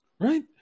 Right